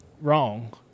wrong